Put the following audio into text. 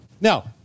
Now